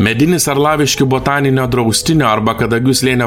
medinis arlaviškių botaninio draustinio arba kadagių slėnio